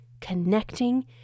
connecting